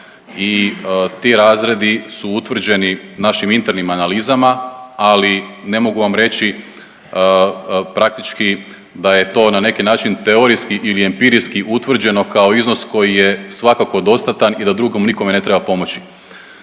i ti razredi su utvrđeni našim internim analizama, ali ne mogu vam reći praktički da je to na neki način teorijski ili empirijski utvrđeno kao iznos koji je svakako dostatan i da drugom nikome ne treba pomoći.